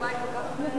התשובה היא כל כך אקדמית.